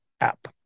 app